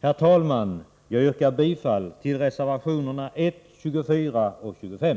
Herr talman! Jag yrkar bifall till reservationerna 1, 24 och 25.